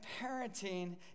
parenting